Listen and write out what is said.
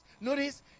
Notice